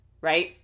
right